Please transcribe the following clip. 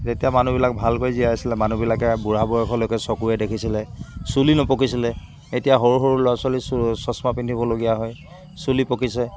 তেতিয়া মানুহবিলাক ভালকৈ জীয়াই আছিলে মানুহবিলাকে বুঢ়া বয়সলৈকে চকুৰে দেখিছিলে চুলি নপকিছিলে এতিয়া সৰু সৰু ল'ৰা ছোৱালী চশমা পিন্ধিবলগীয়া হয় চুলি পকিছে